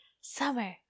summer